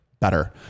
better